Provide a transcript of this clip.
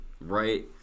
Right